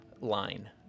line